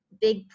big